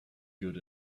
good